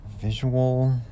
Visual